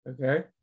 okay